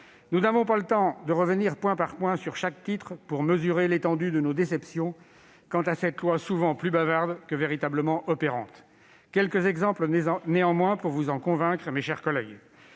Nous n'avons pas le temps de revenir point par point sur chaque titre pour mesurer l'étendue de nos déceptions quant à cette loi souvent plus bavarde que véritablement opérante. Quelques exemples, néanmoins, pour vous en convaincre, mes chers collègues.